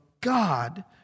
God